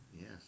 yes